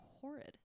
horrid